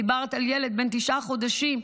דיברת על ילד בן תשעה חודשים.